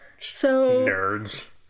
nerds